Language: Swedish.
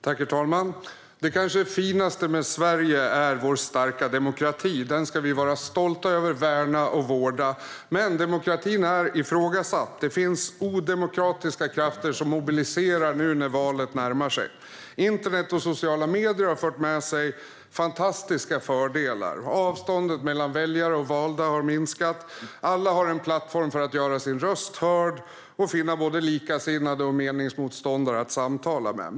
Herr talman! Det kanske finaste med Sverige är vår starka demokrati. Den ska vi vara stolta över och värna och vårda. Men demokratin är ifrågasatt. Det finns odemokratiska krafter som mobiliserar nu när valet närmar sig. Internet och sociala medier har fört med sig fantastiska fördelar. Avståndet mellan väljare och valda har minskat, och alla har en plattform för att göra sin röst hörd och finna både likasinnade och meningsmotståndare att samtala med.